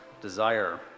desire